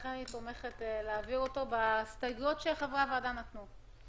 ולכן אני תומכת בלהעביר אותלו בהסתייגויות שחברי הוועדה נתנו.